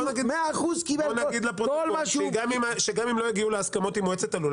בוא נגיד לפרוטוקול שגם אם לא יגיעו להסכמות עם מועצת הלול,